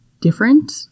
different